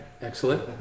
Excellent